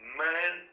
man